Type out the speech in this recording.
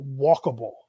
walkable